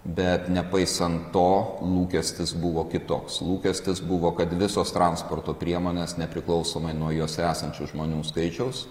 bet nepaisant to lūkestis buvo kitoks lūkestis buvo kad visos transporto priemonės nepriklausomai nuo juose esančių žmonių skaičiaus